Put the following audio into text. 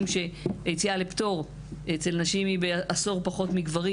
שיציאה לפטור אצל נשים היא בעשור פחות מגברים.